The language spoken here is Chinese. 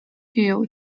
具有